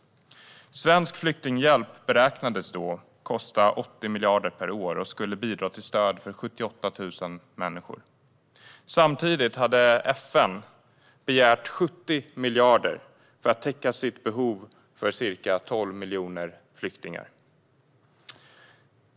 Svensk flyktinghjälp beräknades då kosta 80 miljarder per år och skulle bidra till stöd för 78 000 människor. Samtidigt hade FN begärt 70 miljarder för att täcka sitt behov för ca 12 miljoner flyktingar.